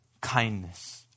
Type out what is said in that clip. kindness